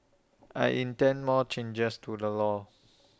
I intend more changes to the law